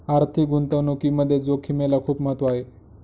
आर्थिक गुंतवणुकीमध्ये जोखिमेला खूप महत्त्व आहे